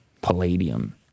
Palladium